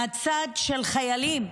מהצד של חיילים,